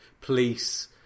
police